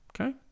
Okay